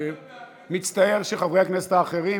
ומצטער שחברי הכנסת האחרים,